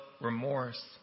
remorse